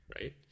right